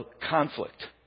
conflict